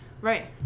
right